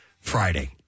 Friday